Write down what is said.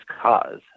cause